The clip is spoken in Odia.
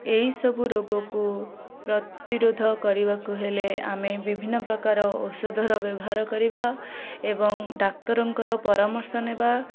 ଏହିସବୁ ରୋଗକୁ ପ୍ରତିରୋଧ କରିବାକୁ ହେଲେ ଆମେ ବିଭିନ୍ନ ପ୍ରକାର ଔଷଧର ବ୍ୟବହାର କରିବା ଏବଂ ଡାକ୍ତରଙ୍କର ପରାମର୍ଶ ନେବା